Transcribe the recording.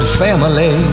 family